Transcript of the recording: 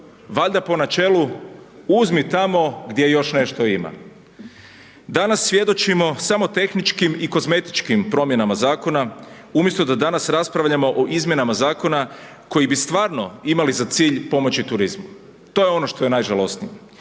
valjda po načelu „uzmi tamo gdje još nešto ima“. Danas svjedočimo samo tehničkim i kozmetičkim promjenama zakona umjesto da danas raspravljamo o izmjenama zakona koji bi stvarno imali za cilj pomoći turizmu, to je ono što je najžalosnije.